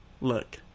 Look